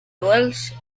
welsh